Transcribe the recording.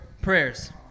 prayers